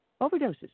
overdoses